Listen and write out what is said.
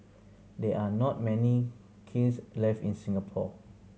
there are not many kilns left in Singapore